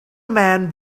man